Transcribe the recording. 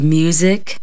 music